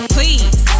Please